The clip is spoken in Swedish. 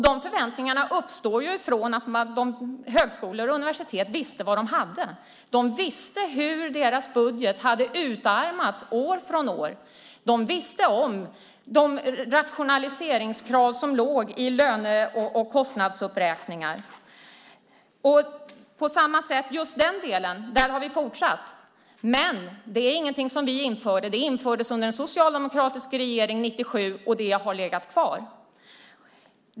De förväntningarna har ju uppstått eftersom högskolor och universitet visste vad de hade. De visste hur deras budget hade utarmats år från år. De visste om de rationaliseringskrav som låg i löne och kostnadsuppräkningar. När det gäller just den delen har vi fortsatt, men det är ingenting som vi införde. Det infördes under en socialdemokratisk regering 1997, och det har legat kvar.